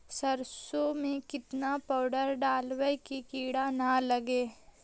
सरसों में केतना पाउडर डालबइ कि किड़ा न लगे?